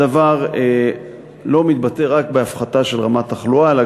הדבר לא מתבטא רק בהפחתה של תחלואה אלא